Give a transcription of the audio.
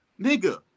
nigga